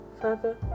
Father